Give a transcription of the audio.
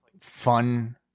fun